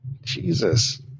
Jesus